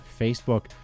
Facebook